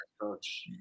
coach